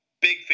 big